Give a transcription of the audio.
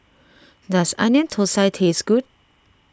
does Onion Thosai taste good